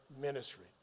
ministry